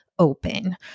open